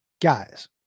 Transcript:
Guys